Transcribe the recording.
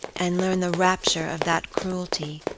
and learn the rapture of that cruelty,